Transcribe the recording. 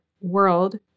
world